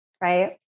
Right